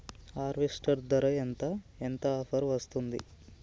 Harvester ధర ఎంత ఎంత ఆఫర్ వస్తుంది?